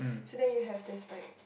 so then you have just like